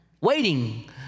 Waiting